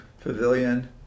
pavilion